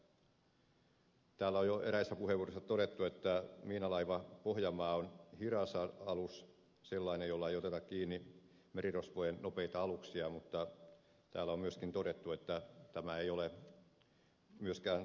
täällä on jo eräissä puheenvuoroissa todettu että miinalaiva pohjanmaa on hidas alus sellainen jolla ei oteta kiinni merirosvojen nopeita aluksia mutta täällä on myöskin todettu että tämä ei ole myöskään tarkoitus